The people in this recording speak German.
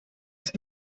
ist